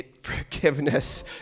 forgiveness